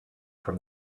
from